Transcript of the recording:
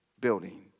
building